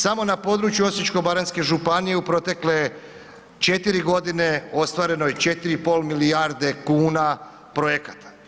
Samo na području Osječko-baranjske županije u protekle 4 godine ostvareno je 4,5 milijarde kuna projekata.